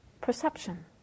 perception